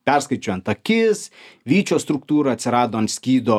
perskaičiuojant akis vyčio struktūra atsirado ant skydo